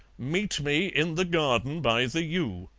meet me in the garden by the yew